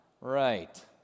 right